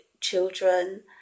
children